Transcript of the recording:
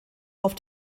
auf